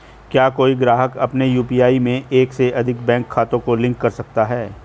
क्या कोई ग्राहक अपने यू.पी.आई में एक से अधिक बैंक खातों को लिंक कर सकता है?